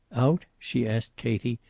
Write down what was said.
out? she asked katie,